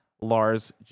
Lars